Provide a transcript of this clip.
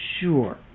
sure